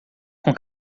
com